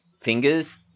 fingers